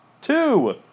two